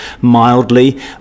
mildly